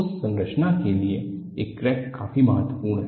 उस संरचना के लिए यह क्रैक काफी महत्वपूर्ण है